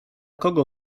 kogo